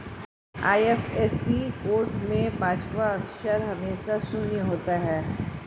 IFSC code में पांचवा अक्षर हमेशा शून्य होता है